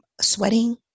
sweating